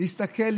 להסתכל,